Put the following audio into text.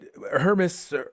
Hermes